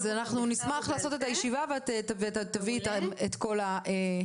נשמח לעשות את הישיבה ואת תביאי את כל הנתונים.